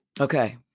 Okay